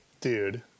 dude